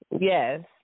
Yes